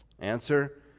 Answer